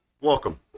Welcome